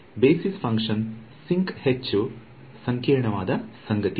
basis function sinc ಹೆಚ್ಚು ಸಂಕೀರ್ಣವಾದ ಸಂಗತಿಯಾಗಿದೆ